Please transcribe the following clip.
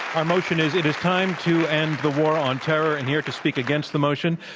our motion is it's time to end the war on terror. and here to speak against the motion,